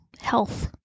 health